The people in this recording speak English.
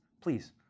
please